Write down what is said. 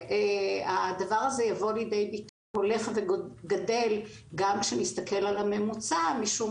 הדבר הזה יבוא לידי ביטוי הולך וגדל גם כשנתסכל על הממוצע משום